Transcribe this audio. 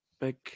big